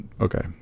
okay